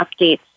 updates